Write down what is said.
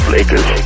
Lakers